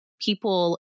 people